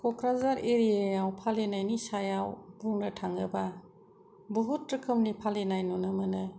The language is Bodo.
क'क्राझार एरियायाव फालिनायनि सायाव बुंनो थांङोबा बहुद रोखोमनि फालिनाय नुनो मोनो